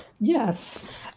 Yes